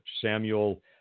Samuel